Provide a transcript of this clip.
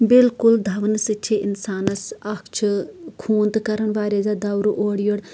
بلکل دون سۭتۍ چھِ اِنسانَس اَکھ چھِ خوٗن تہٕ کَران واریاہ زیادٕ دَورٕ اورٕ یورٕ